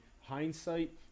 hindsight